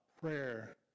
prayer